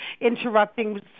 interrupting